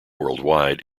worldwide